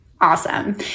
Awesome